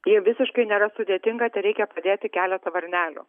tai visiškai nėra sudėtinga tereikia pridėti keletą varnelių